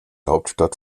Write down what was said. hauptstadt